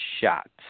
shot